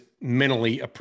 mentally